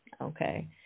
Okay